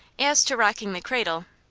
as to rocking the cradle,